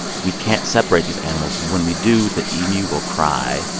we can't separate these animals. when we do, the emu will cry,